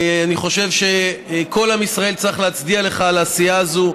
אני חושב שכל עם ישראל צריך להצדיע לך על העשייה הזאת.